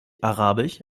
arabisch